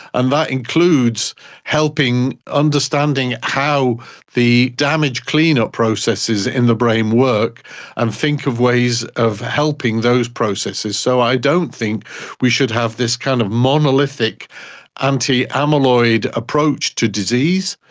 and that includes helping understanding how the damage clean-up processes in the brain work and think of ways of helping those processes. so i don't think we should have this kind of monolithic anti-amyloid approach to disease.